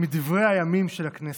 מדברי הימים של הכנסת,